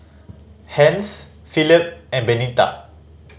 Hence Phillip and Benita